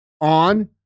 on